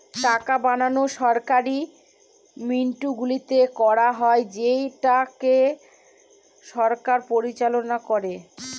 টাকা বানানো সরকারি মিন্টগুলোতে করা হয় যেটাকে সরকার পরিচালনা করে